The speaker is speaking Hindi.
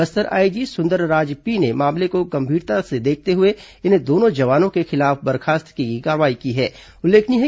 बस्तर आईजी सुंदरराज पी ने मामले की गंभीरता को देखते हुए इन दोनों जवानों के खिलाफ बर्खास्तगी की कार्रवाई की है